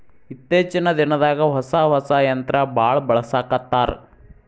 ಇತ್ತೇಚಿನ ದಿನದಾಗ ಹೊಸಾ ಹೊಸಾ ಯಂತ್ರಾ ಬಾಳ ಬಳಸಾಕತ್ತಾರ